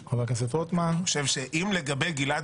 (תיקון, הארכת תקופת הערעור על החלטת